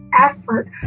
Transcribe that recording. effort